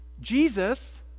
Jesus